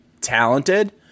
talented